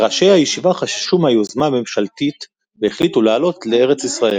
ראשי הישיבה חששו מהיוזמה הממשלתית והחליטו לעלות לארץ ישראל.